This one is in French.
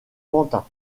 pantin